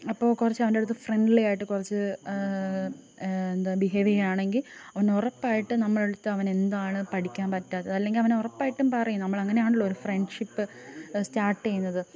അപ്പോൾ കുറച്ചവൻ്റെടുത്ത് ഫ്രണ്ട്ലി ആയിട്ട് കുറച്ച് എന്താ ബിഹേവ് ചെയ്യുകയാണെങ്കിൽ അവനുറപ്പായിട്ടും നമ്മളെടുത്ത് അവനെന്താണ് പഠിക്കാൻ പറ്റാത്തത് അല്ലെങ്കിൽ അവനുറപ്പായിട്ടും പറയും നമ്മളങ്ങനെ ആണല്ലോ ഒരു ഫ്രണ്ട്ഷിപ്പ് സ്റ്റാർട്ട് ചെയ്യുന്നത്